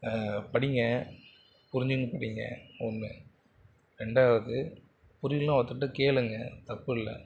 படிங்க புரிஞ்சின்னு படிங்க ஒன்று ரெண்டாவது புரியலைனா ஒருத்தர்கிட்ட கேளுங்க தப்பு இல்லை